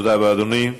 תודה רבה, אדוני.